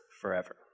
forever